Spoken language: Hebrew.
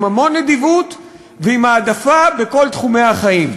עם המון נדיבות ועם העדפה בכל תחומי החיים.